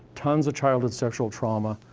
tons of childhood sexual trauma,